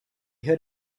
heard